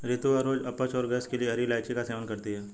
रितु हर रोज अपच और गैस के लिए हरी इलायची का सेवन करती है